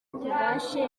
tubashe